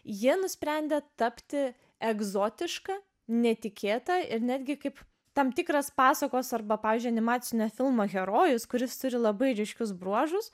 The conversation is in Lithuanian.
jie nusprendė tapti egzotiška netikėta ir netgi kaip tam tikras pasakos arba pavyzdžiui animacinio filmo herojus kuris turi labai ryškius bruožus